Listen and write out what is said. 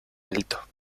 alto